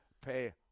pay